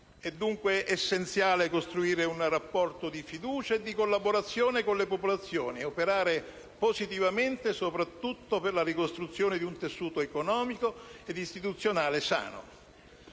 È dunque essenziale costruire un rapporto di fiducia e collaborazione con le popolazioni e operare positivamente soprattutto per la ricostruzione di un tessuto economico ed istituzionale sano.